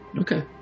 Okay